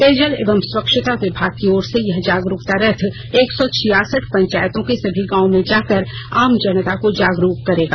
पेयजल एवं स्वच्छता विभाग की ओर से यह जागरूकता रथ एक सौ छियासठ पंचायतों के सभी गांव में जाकर आम जनता को जागरूक करेगा